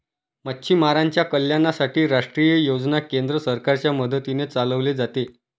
मच्छीमारांच्या कल्याणासाठी राष्ट्रीय योजना केंद्र सरकारच्या मदतीने चालवले जाते